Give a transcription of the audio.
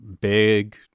big